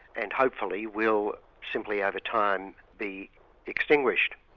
and hopefully will simply over time be extinguished.